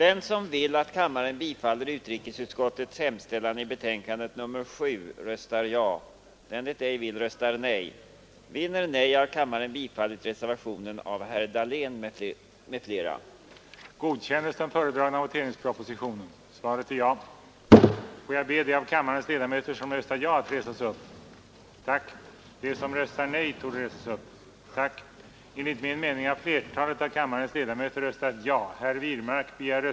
110 den det ej vill röstar nej. den det ej vill röstar nej. den det ej vill röstar nej. den det ej vill röstar nej. den det ej vill röstar nej. den det ej vill röstar nej.